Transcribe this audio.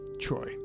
Troy